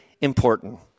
important